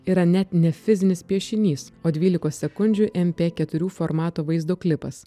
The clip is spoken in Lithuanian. yra net ne fizinis piešinys o dvylikos sekundžių mp keturių formato vaizdo klipas